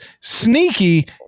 sneaky